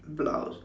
blouse